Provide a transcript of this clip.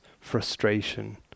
frustration